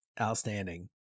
Outstanding